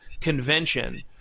convention